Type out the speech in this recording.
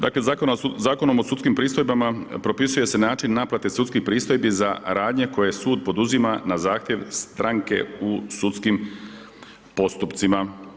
Dakle Zakonom o sudskim pristojbama propisuje se način naplate sudskih pristojbi za radnje koje sud poduzima na zahtjev stranke u sudskim postupcima.